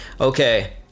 Okay